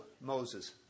Moses